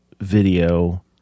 video